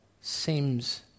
seems